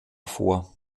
vor